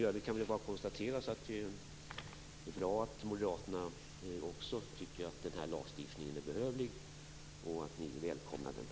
Det är bra att även moderaterna tycker att den här lagstiftningen är behövlig och välkomnar den.